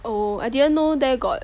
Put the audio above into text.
oh I didn't know there got